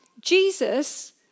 Jesus